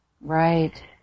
Right